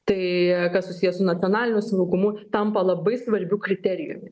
tai kas susiję su nacionaliniu saugumu tampa labai svarbiu kriterijumi